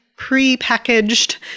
pre-packaged